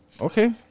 okay